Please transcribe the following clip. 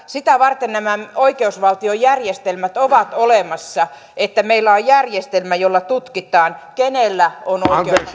sitä varten nämä oikeusvaltion järjestelmät ovat olemassa että meillä on järjestelmä jolla tutkitaan kenellä on